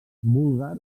búlgar